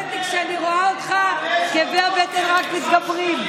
כשאני רואה אותך כאבי הבטן רק מתגברים.